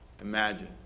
Imagine